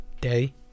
day